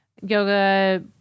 yoga